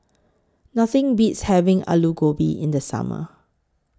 Nothing Beats having Aloo Gobi in The Summer